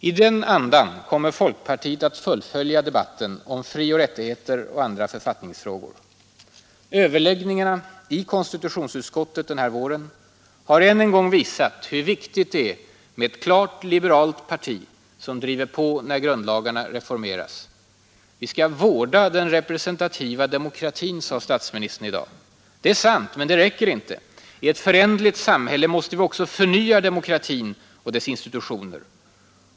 I den andan kommer folkpartiet att fullfölja debatten om frioch rättigheter och andra författningsfrågor. Överläggningarna i konstitutionsutskottet denna vår har än en gång visat hur viktigt det är med ett klart liberalt parti, som driver på när grundlagarna reformeras. Vi skall vårda den representativa demokratin, sade statsministern i dag. Det är sant, men det räcker inte. I ett föränderligt samhälle måste vi också förnya demokratin och dess institutioner.